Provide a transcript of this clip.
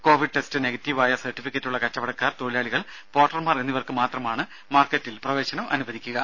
Covid test negative ആയ സർട്ടിഫിക്കറ്റുള്ള കച്ചവടക്കാർ തൊഴിലാളികൾ പോർട്ടർമാർ എന്നിവർക്ക് മാത്രമാണ് മാർക്കറ്റിൽ പ്രവേശനം അനുവദിക്കുക